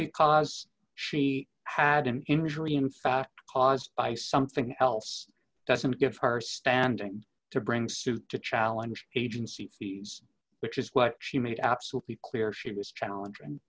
because she had an injury in fact caused by something else doesn't give her standing to bring suit to challenge agency fees which is what she made absolutely clear she was